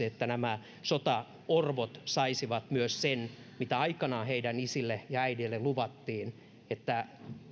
että nämä sotaorvot saisivat myös sen mitä aikanaan heidän isilleen ja äideilleen luvattiin että